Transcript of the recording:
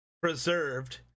preserved